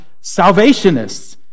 Salvationists